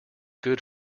good